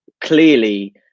clearly